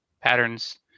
patterns